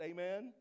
Amen